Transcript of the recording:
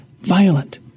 violent